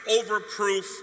overproof